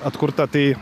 atkurta tai